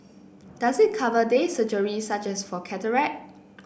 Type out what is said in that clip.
does it cover day surgery such as for cataract